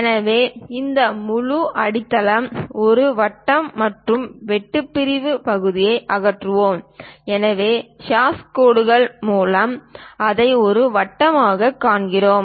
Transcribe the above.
எனவே இந்த முழு வட்ட அடித்தளம் ஒரு வட்டம் மற்றும் வெட்டுப் பிரிவு பகுதியை அகற்றினோம் எனவே ஹாஷ் கோடுகள் மூலம் அதை ஒரு வட்டமாகக் காண்கிறோம்